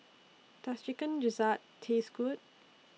Does Chicken Gizzard Taste Good